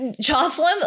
Jocelyn